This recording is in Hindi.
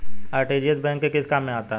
आर.टी.जी.एस बैंक के किस काम में आता है?